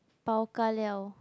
bao ka liao